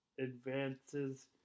advances